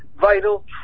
vital